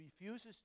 refuses